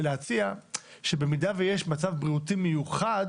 כן הייתי מציע שבמידה ויש מצב בריאותי מיוחד